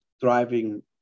thriving